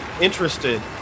interested